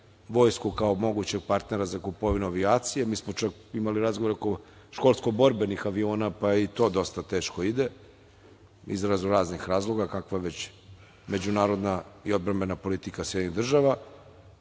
vojsku kao mogućeg partnera za kupovinu avijacije. Mi smo čak imali razgovore oko školsko-borbenih aviona, pa je i to dosta teško ide iz raznoraznih razloga, kakva je već međunarodna i odbrambena politika SAD.Razgovarali